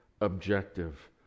objective